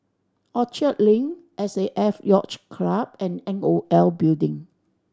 Orchard Link S A F Yacht Club and N O L Building